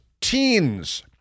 teens